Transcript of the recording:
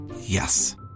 Yes